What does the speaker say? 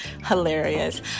hilarious